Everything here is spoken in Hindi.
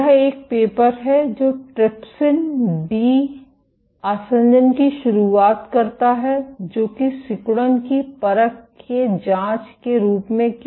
यह एक पेपर है जो ट्रिप्सिन डी आसंजन की शुरुआत करता है जो कि सिकुड़न की परख के जांच के रूप में की